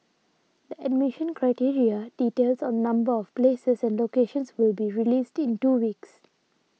the admission criteria details on number of places and locations will be released in two weeks